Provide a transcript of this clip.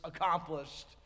accomplished